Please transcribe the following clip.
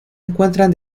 encuentran